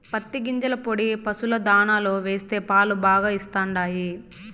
పత్తి గింజల పొడి పశుల దాణాలో వేస్తే పాలు బాగా ఇస్తండాయి